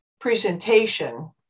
presentation